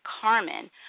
Carmen